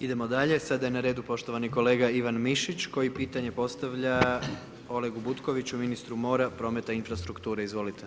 Idemo dalje sada je na redu poštovani kolega Ivan Mišić, koji pitanje postavlja Olegu Butkoviću, ministru mora, prometa i infrastrukture, izvolite.